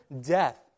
death